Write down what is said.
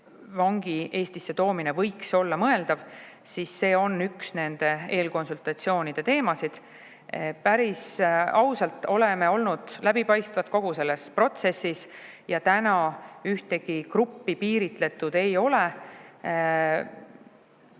vangi Eestisse toomine võiks olla mõeldav, siis see on üks nende eelkonsultatsioonide teemasid. Päris ausalt oleme olnud läbipaistvad kogu selles protsessis ja täna ühtegi gruppi piiritletud ei ole.